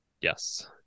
Yes